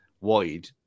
wide